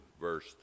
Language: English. verse